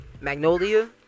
Magnolia